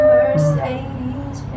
Mercedes